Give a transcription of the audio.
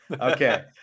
Okay